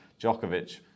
Djokovic